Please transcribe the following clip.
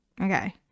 okay